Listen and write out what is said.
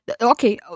okay